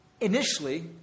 Initially